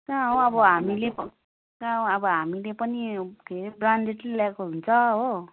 कहाँ हौ अब हामीले कहाँ हौ अब हामीले पनि के अरे ब्रान्डेड नै ल्याएको हुन्छ हो